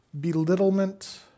belittlement